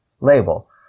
label